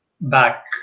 back